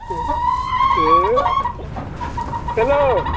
दे ए हेल्ल'